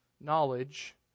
knowledge